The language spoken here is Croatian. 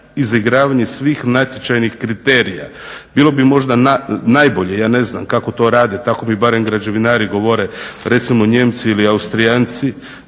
izigravanja svih natječajnih kriterija. Bilo bi možda najbolje, ne znam kako to rade tako mi barem građevinari govore recimo Nijemci ili Austrijanci